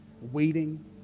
waiting